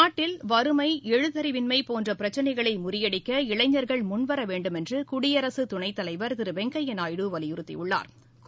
நாட்டில் வறுமை எழுத்தறிவின்மை போன்ற பிரச்சினைகளை முறியடிக்க இளைஞர்கள் முன்வர வேண்டுமென்று குடியரசு துணைத்தலைவா் திரு வெங்கையா நாயுடு வலியறுத்தியுள்ளாா்